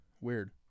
weird